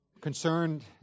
concerned